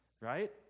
right